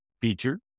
feature